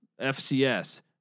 FCS